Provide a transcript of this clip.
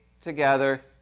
together